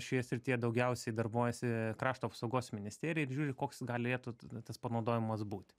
šioje srityje daugiausiai darbuojasi krašto apsaugos ministerija ir žiūri koks galėtų na tas panaudojimas būti